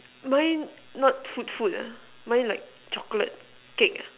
mine not food food ah mine like chocolate cake ah